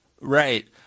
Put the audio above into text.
Right